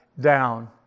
down